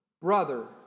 Brother